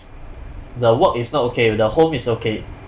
the work is not okay the home is okay